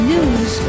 News